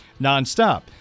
nonstop